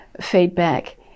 feedback